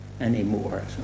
anymore